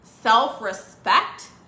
self-respect